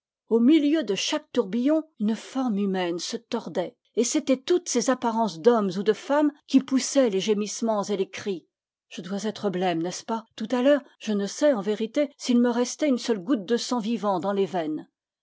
au milieu de chaque tourbillon une forme humaine se tordait et c'etaient toutes ces apparences d'hommes ou de femmes qui poussaient les gémissements et les cris je dois être blême n'est-ce pas tout à l'heure je ne sais en vérité s'il me restait une seule goutte de sang vi vant dans les veines